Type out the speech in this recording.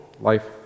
life